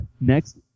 next